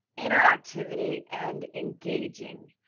interactivity and engaging.